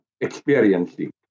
experiencing